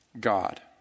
God